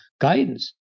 guidance